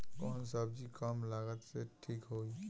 कौन सबजी कम लागत मे ठिक होई?